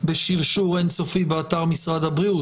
בשרשור אין סופי באתר משרד הבריאות.